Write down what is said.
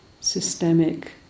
systemic